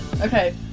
Okay